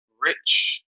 Rich